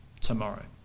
tomorrow